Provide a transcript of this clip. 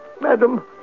madam